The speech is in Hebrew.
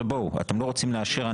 אתם לא רוצים לאשר,